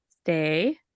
Stay